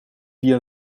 via